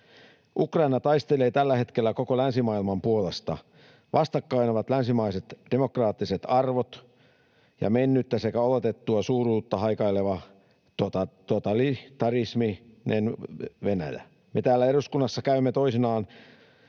Ukraina taistelee tällä hetkellä koko länsimaailman puolesta. Vastakkain ovat länsimaiset demokraattiset arvot ja mennyttä sekä odotettua suuruutta haikaileva totalitaristinen Venäjä. Me täällä eduskunnassa käymme toisinaan